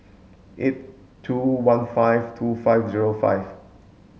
eight two one five two five zero five